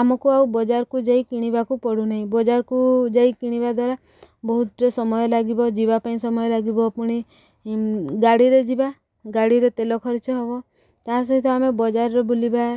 ଆମକୁ ଆଉ ବଜାରକୁ ଯାଇ କିଣିବାକୁ ପଡ଼ୁନାହିଁ ବଜାରକୁ ଯାଇ କିଣିବା ଦ୍ୱାରା ବହୁତ ସମୟ ଲାଗିବ ଯିବା ପାଇଁ ସମୟ ଲାଗିବ ପୁଣି ଗାଡ଼ିରେ ଯିବା ଗାଡ଼ିରେ ତେଲ ଖର୍ଚ୍ଚ ହବ ତା' ସହିତ ଆମେ ବଜାରରେ ବୁଲିବା